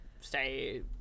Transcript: stay